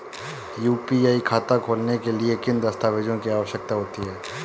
UPI खाता खोलने के लिए किन दस्तावेज़ों की आवश्यकता होती है?